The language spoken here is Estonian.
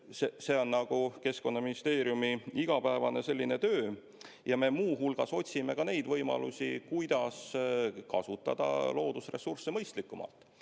See on Keskkonnaministeeriumi igapäevane töö. Ja me muu hulgas otsime ka võimalusi, kuidas kasutada loodusressursse mõistlikumalt.